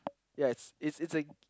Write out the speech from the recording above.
yes it's it's a